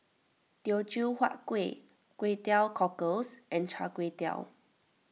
Teochew Huat Kuih Kway Teow Cockles and Char Kway Teow